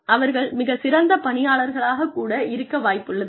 அவர்கள் மிகச் சிறந்த பணியாளர்களாக கூட இருக்க வாய்ப்புள்ளது